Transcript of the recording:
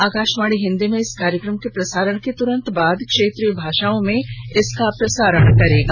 आकाशवाणी हिंदी में इस कार्यक्रम के प्रसारण के तत्काल बाद क्षेत्रीय भाषाओं में इसका प्रसारण करेगा